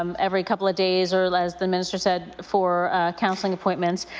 um every couple of days or like as the minister said for counselling appointments,